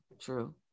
true